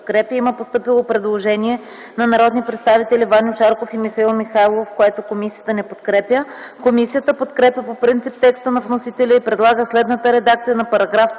има постъпило предложение от народните представители Танева и Гюзелев, което комисията подкрепя. Комисията подкрепя по принцип текста на вносителя и предлага следната редакция на §